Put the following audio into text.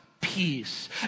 peace